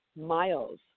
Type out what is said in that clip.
miles